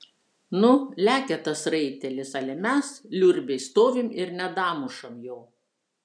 nu lekia tas raitelis ale mes liurbiai stovim ir nedamušam jo